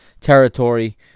territory